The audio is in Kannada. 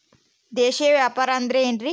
ದೇಶೇಯ ವ್ಯಾಪಾರ ಅಂದ್ರೆ ಏನ್ರಿ?